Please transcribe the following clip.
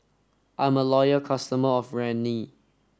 I'm a loyal customer of Rene